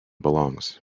belongs